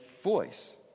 voice